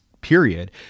period